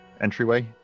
entryway